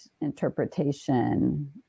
interpretation